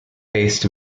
based